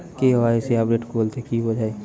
KYC update বলতে কি বোঝায়?